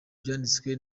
byanditswe